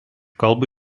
kalbą